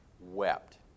wept